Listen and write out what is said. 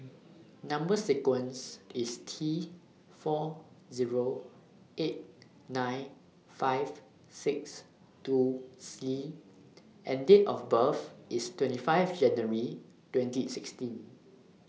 Number sequence IS T four Zero eight nine five six two C and Date of birth IS twenty five January twenty sixteen